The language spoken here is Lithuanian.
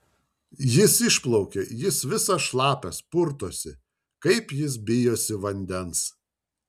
jis išplaukė jis visas šlapias purtosi kaip jis bijosi vandens